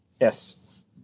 Yes